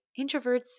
introverts